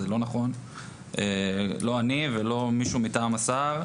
זה לא נכון לא אני ולא מישהו מטעם השר.